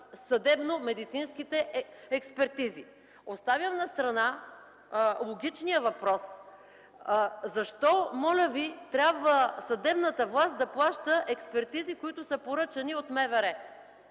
съдебномедицинските експертизи. Оставям настрана логичния въпрос – защо, моля ви, трябва съдебната власт да плаща експертизи, които са поръчани от МВР,